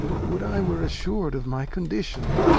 would i were assur'd of my condition!